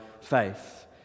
faith